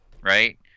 right